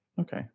Okay